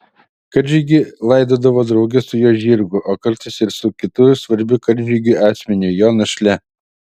karžygį laidodavo drauge su jo žirgu o kartais ir su kitu svarbiu karžygiui asmeniu jo našle